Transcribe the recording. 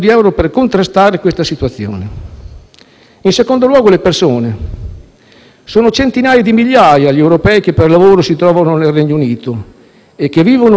In secondo luogo, le persone: sono centinaia di migliaia gli europei che per lavoro si trovano nel Regno Unito e che vivono un periodo di estrema incertezza.